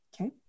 Okay